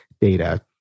Data